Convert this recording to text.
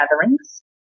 gatherings